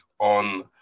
on